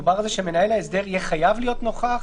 דובר על כך שמנהל ההסדר יהיה חייב להיות נוכח.